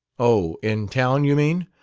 oh, in town, you mean?